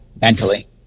mentally